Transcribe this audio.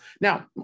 Now